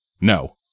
no